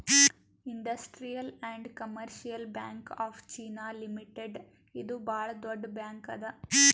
industrial and commercial bank of China limited ಇದು ಭಾಳ್ ದೊಡ್ಡ ಬ್ಯಾಂಕ್ ಅದಾ